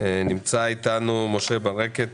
נמצא איתנו משה ברקת,